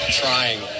trying